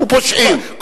פושעים.